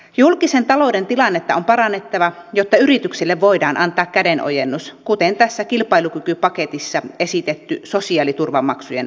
julkisen talouden tilannetta on parannettava jotta yrityksille voidaan antaa kädenojennus kuten tässä kilpailukykypaketissa esitetty sosiaaliturvamaksujen alentaminen